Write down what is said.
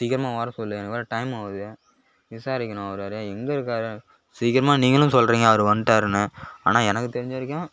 சீக்கிரமாக வர சொல்லுங் எனக்கு வேற டைம் ஆகுது விசாரிக்கணும் அவரு வேறு எங்கே இருக்கார் சீக்கிரமாக நீங்களும் சொல்கிறீங்க அவர் வந்துட்டாருனு ஆனால் எனக்கு தெரிஞ்ச வரைக்கும்